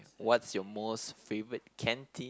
what's your most favorite canteen